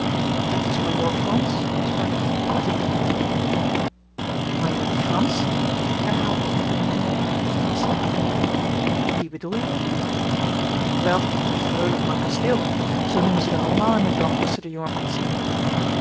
dat is majoor frans sprak hij zich naar mij toe keerend majoor frans herhaalde ik met eene mengeling van verrassing en wrevel wien bedoel je daarmee wel de freule van t kasteel zoo noemen ze der allemaal in mijn dorp als ze der jongen komt zien